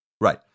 right